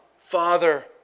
Father